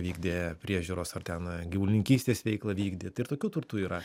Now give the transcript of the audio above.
vykdė priežiūros ar ten gyvulininkystės veiklą vykdė tai ir tokių turtų yra